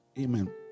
Amen